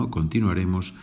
continuaremos